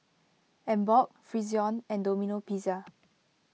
Emborg Frixion and Domino Pizza